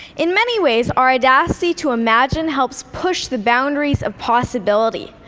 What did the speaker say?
in many ways, our audacity to imagine helps push the boundaries of possibility.